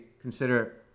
consider